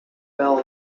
bell